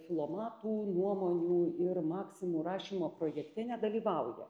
filomatų nuomonių ir maksimų rašymo projekte nedalyvauja